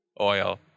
oil